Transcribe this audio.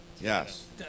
Yes